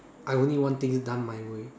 I only want things done my way